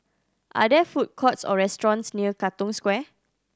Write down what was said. are there food courts or restaurants near Katong Square